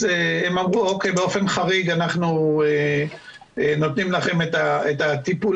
הם אמרו שבאופן חריג הם נותנים לנו את הטיפולים,